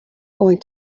going